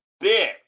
big